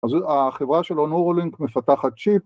‫אז החברה של אונורו-לינק ‫מפתחת צ'יפ.